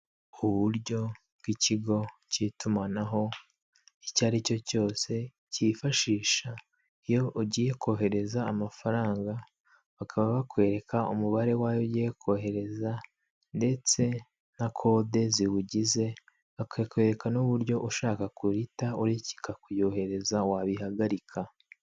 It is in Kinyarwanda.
Uburyo bw'ikigo cy'itumanaho icyo aricyo cyose cyifashisha, iyo ugiye kohereza amafaranga bakaba bakwereka umubare wayo ugiye kohereza, ndetse na kode ziwugize bakakwereka n'uburyo ushaka guhita ureka kuyohereza wabihagarika.